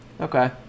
okay